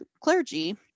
clergy